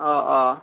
অঁ অঁ